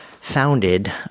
founded